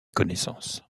connaissance